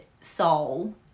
soul